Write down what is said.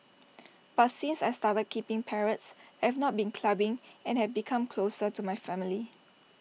but since I started keeping parrots I've not been clubbing and have become closer to my family